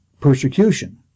persecution